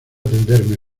tenderme